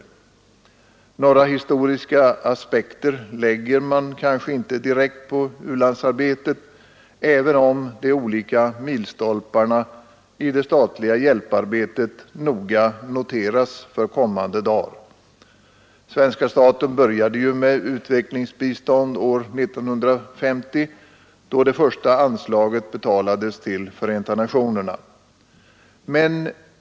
Några historiska aspekter lägger man kanske inte direkt på u-landsarbetet, även om de olika milstolparna i det statliga hjälparbetet noga noteras för kommande dagar. Svenska staten började ju med utvecklingsbistånd år 1950, då det första anslaget utbetalades till Förenta nationerna.